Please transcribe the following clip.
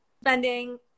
spending